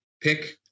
pick